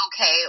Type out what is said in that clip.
okay